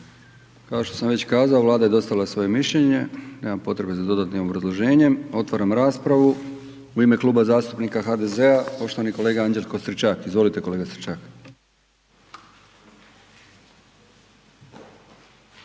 Kao što sam već kazao, Vlada je dostavila svoje mišljenje, nema potrebe za dodatnim obrazloženjem. Otvaram raspravu. U ime Kluba zastupnika HDZ-a poštovani kolega Anđelko Stričak. Izvolite kolega Stričak.